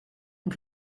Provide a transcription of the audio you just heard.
and